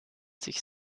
sich